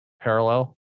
parallel